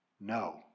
No